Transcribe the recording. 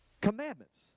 Commandments